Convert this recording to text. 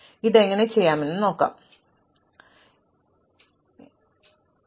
അതിനാൽ ഞാൻ എന്തുചെയ്യും താഴത്തെ പോയിന്ററിന്റെ വലതുവശത്തുള്ള ഈ ഘടകം എനിക്കറിയാം